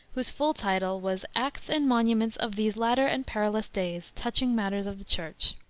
whose full title was acts and monuments of these latter and perilous days, touching matters of the church.